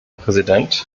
präsident